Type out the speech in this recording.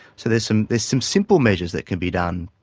so there's some there's some simple measures that can be done.